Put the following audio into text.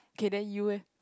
okay then you eh